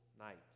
night